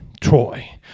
Troy